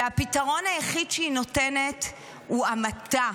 והפתרון היחיד שהיא נותנת הוא המתה.